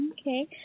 Okay